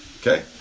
Okay